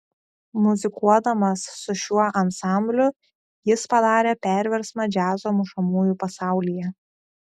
muzikuodamas su šiuo ansambliu jis padarė perversmą džiazo mušamųjų pasaulyje